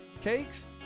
cakes